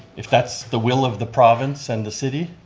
if that's the will of the province and the city?